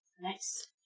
Nice